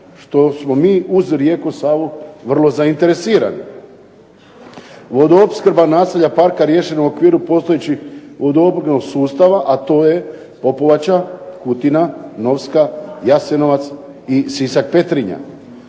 što smo mi uz rijeku Savu vrlo zainteresirani. Vodoopskrba naselja parka riješena je u okviru postojećih vodoopskrbnog sustava a to je Popovača, Kutina, Novska, Jasenovac i Sisak – Petrinja.